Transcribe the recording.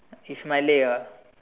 is my lay ah